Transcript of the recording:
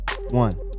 one